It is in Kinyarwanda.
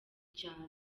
cyaro